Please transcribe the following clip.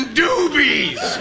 doobies